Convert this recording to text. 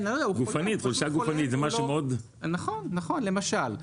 חולשה גופנית זה משהו מאוד --- נכון, למשל.